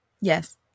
Yes